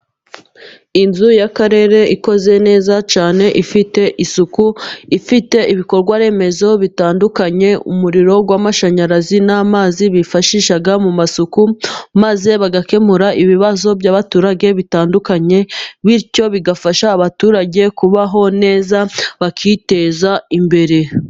Inzu y'akarere ikoze neza cyane ifite isuku, ifite ibikorwaremezo bitandukanye umuriro w'amashanyarazi, n'amazi bifashisha mu masuku maze bagakemura ibibazo by'abaturage bitandukanye, bityo bigafasha abaturage kubaho neza bakiteza imbere.